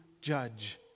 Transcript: judge